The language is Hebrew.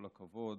כל הכבוד.